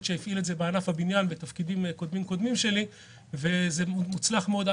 שהפעיל את זה בענף הבניין וזה מוצלח מאוד.